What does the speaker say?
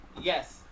Yes